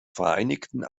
vereinigten